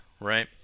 right